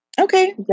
Okay